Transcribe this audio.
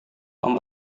tom